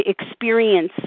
experience